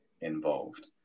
involved